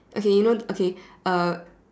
okay you know okay uh